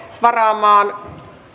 varaamaan